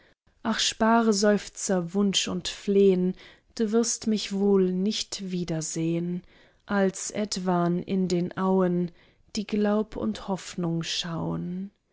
ach spare seufzer wunsch und flehn du wirst mich wohl nicht wiedersehn als etwan in den auen die glaub und hoffnung schauen